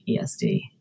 ESD